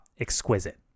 exquisite